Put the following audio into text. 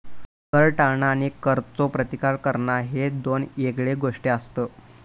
कर टाळणा आणि करचो प्रतिकार करणा ह्ये दोन येगळे गोष्टी आसत